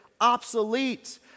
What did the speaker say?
obsolete